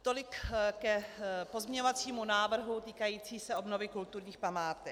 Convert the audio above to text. Tolik k pozměňovacímu návrhu týkajícímu se obnovy kulturních památek.